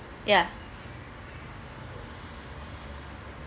yeah